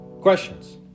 Questions